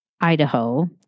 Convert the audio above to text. Idaho